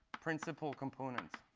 principal components.